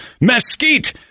mesquite